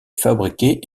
fabriquée